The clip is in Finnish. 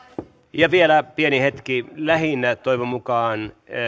asua vielä pieni hetki lähinnä toivon mukaan